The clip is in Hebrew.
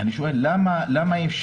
אני שואל: למה אי-אפשר?